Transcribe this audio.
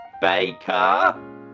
Baker